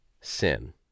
sin